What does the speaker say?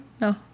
No